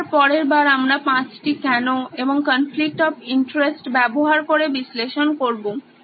আবার পরের বার আমরা পাঁচটি কেন এবং কনফ্লিকট অফ ইন্টারেস্ট ব্যবহার করে বিশ্লেষণ করবো